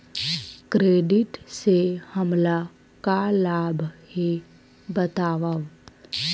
Credit से हमला का लाभ हे बतावव?